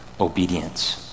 obedience